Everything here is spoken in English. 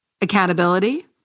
Accountability